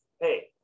Hey